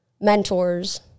mentors